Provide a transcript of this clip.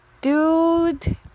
dude